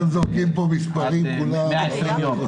אתם זורקים פה מספרים, כולכם.